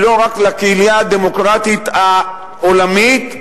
לא רק לקהילה הדמוקרטית העולמית,